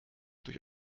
durch